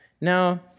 Now